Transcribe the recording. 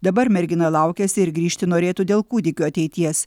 dabar mergina laukiasi ir grįžti norėtų dėl kūdikio ateities